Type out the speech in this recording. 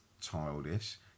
childish